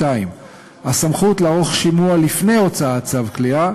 2. הסמכות לערוך שימוע לפני הוצאת צו כליאה